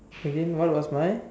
again what was mine